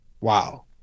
Wow